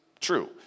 true